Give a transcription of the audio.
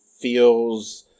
feels